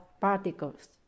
particles